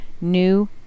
new